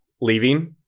Leaving